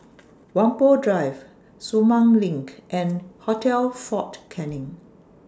Whampoa Drive Sumang LINK and Hotel Fort Canning